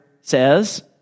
says